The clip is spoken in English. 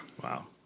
Wow